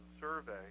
Survey